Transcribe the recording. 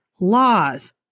laws